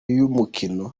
y’umukino